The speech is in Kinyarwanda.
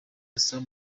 sam